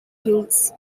gules